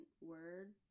word